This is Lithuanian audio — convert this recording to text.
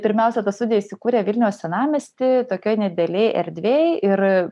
pirmiausia ta studija įsikūrė vilniaus senamiesty tokioj nedidelėj erdvėj ir